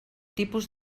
tipus